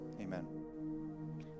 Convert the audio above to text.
amen